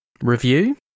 review